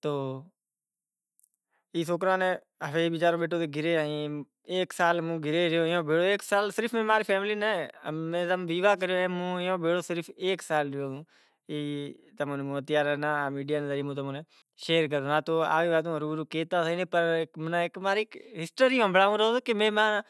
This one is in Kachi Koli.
تو رات نا ست تھیا گھرے پوہتا۔